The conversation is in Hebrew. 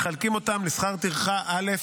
בהוצאה לפועל ומחלקים אותם לשכר טרחה א',